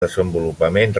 desenvolupament